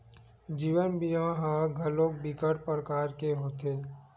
जीवन बीमा ह घलोक बिकट परकार के होथे